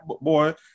boy